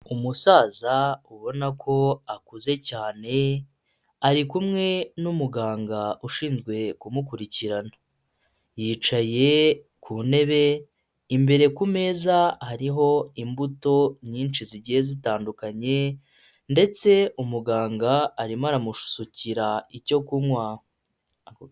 Umusaza ubona ko akuze cyane ari kumwe n'umuganga ushinzwe kumukurikirana yicaye ku ntebe, imbere ku meza hariho imbuto nyinshi zigiye zitandukanye ndetse umuganga arimo aramusukira icyo kunywa.